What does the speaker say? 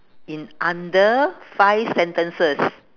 in under five sentences